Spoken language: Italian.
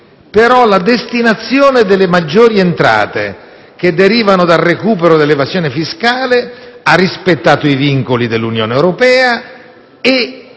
Però la destinazione delle maggiori entrate, che derivano dal recupero dell'evasione fiscale, ha rispettato i vincoli dell'Unione Europea e,